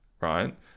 right